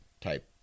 type